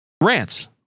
rants